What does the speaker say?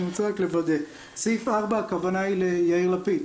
אני רוצה רק לוודא: סעיף 4 הכוונה היא ליאיר לפיד,